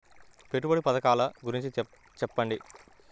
పెట్టుబడి పథకాల గురించి చెప్పండి?